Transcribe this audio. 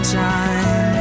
time